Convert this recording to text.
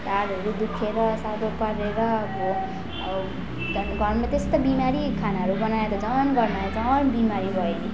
ढाडहरू दुखेर साह्रो पारेर अब घरमा त्यसै त बिमारी खानाहरू बनाएर त झन घरमा आएर झन् बिमारी भएँ नि